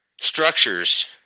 structures